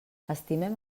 estimem